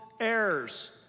heirs